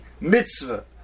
mitzvah